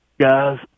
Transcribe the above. guys